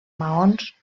maons